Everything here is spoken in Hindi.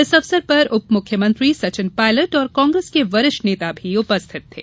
इस अवसर पर उप मुख्यमंत्री सचिन पायलट और कांग्रेस के वरिष्ठ नेता भी उपस्थित थे